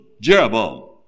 Jeroboam